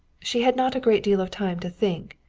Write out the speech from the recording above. she had not a great deal of time to think,